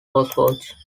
sourceforge